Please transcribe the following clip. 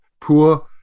poor